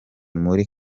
muri